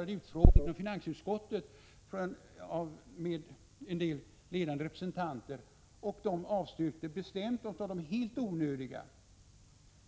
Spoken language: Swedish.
I finansutskottet genomförde vi en utfrågning med ledande företagarrepresentanter, och dessa avstyrkte bestämt sådana fonder som varande helt onödiga. Att